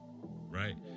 Right